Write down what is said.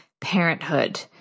parenthood